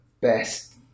best